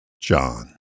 John